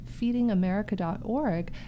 FeedingAmerica.org